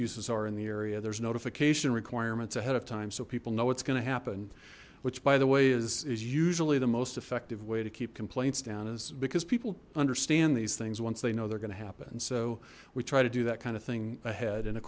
uses are in the area there's notification requirements ahead of time so people know what's going to happen which by the way is is usually the most effective way to keep complaints down is because people understand these things once they know they're going to happen so we try to do that kind of thing ahead and of